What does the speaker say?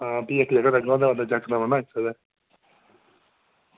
हां फ्ही इक जगह लग्गना होंदा जकदम निं ना आई सकदा